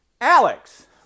Alex